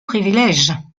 privilèges